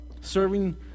Serving